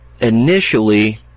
initially